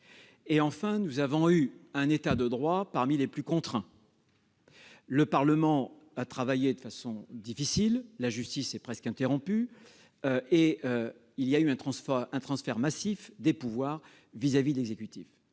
Enfin, nous avons eu un état de droit parmi les plus contraints : le Parlement a travaillé difficilement, la justice s'est presque interrompue, et il y a eu un transfert massif des pouvoirs vers l'exécutif.